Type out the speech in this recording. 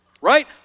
right